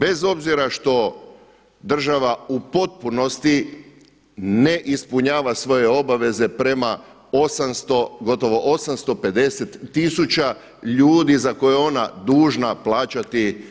Bez obzira što država u potpunosti ne ispunjava svoje obaveze prema 800, gotovo 850 tisuća ljudi za koje je ona dužna plaćati